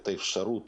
את אפשרות